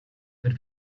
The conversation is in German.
mit